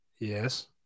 Yes